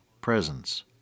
presence